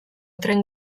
tren